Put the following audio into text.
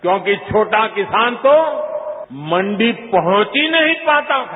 क्योंकि छोटा किसान तो मंडी पहुंच ही नहीं पाता था